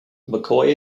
mccoy